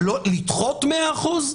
אבל לדחות 100%?